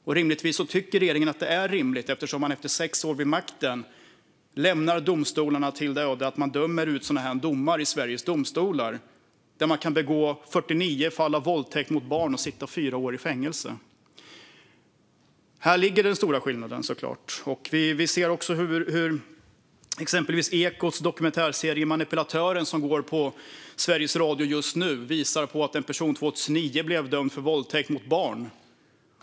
Uppenbarligen tycker regeringen att det är rimligt eftersom man efter sex år vid makten lämnar domstolarna åt ödet att döma ut sådana straff att en person kan begå 49 fall av våldtäkt mot barn och sitta fyra år i fängelse. Här ligger den stora skillnaden, såklart. I Ekots dokumentärserie Manipulatören , som går på Sveriges Radio just nu, kan vi höra om en person som 2009 blev dömd för våldtäkt mot barn.